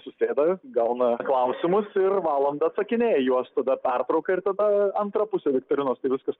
susėda gauna klausimus ir valandą atsakinėja į juos tada pertrauka ir tada antra pusė vitrinos tai viskas